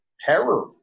terror